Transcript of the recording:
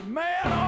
man